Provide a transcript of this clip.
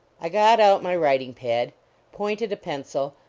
i got out my writing-pad pointed a pencil,